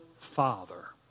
father